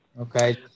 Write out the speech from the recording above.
Okay